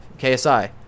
ksi